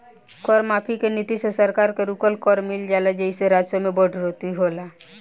कर माफी के नीति से सरकार के रुकल कर मिल जाला जेइसे राजस्व में बढ़ोतरी होला